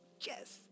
Yes